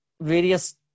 various